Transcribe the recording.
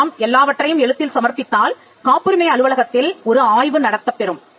நாம் எல்லாவற்றையும் எழுத்தில் சமர்ப்பித்தால் காப்புரிமை அலுவலகத்தில் ஒரு ஆய்வு நடத்தப் பெறும்